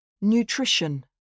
Nutrition